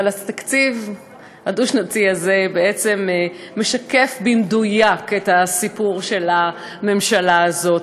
אבל התקציב הדו-שנתי הזה בעצם משקף במדויק את הסיפור של הממשלה הזאת.